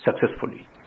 successfully